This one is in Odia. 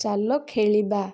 ଚାଲ ଖେଳିବା